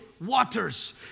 waters